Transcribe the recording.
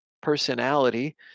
personality